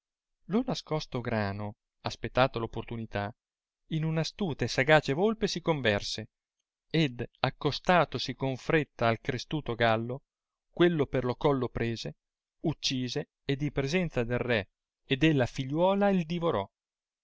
lo nascosto grano aspettata r opportunità in un astuta e sagace volpe si converse ed accostatosi con fretta al crestuto gallo quello per lo collo prese uccise ed in presenza del re e della figliuola il divorò